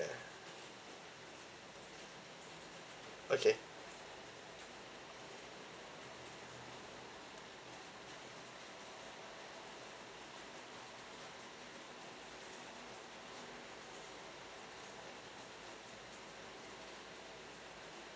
ya okay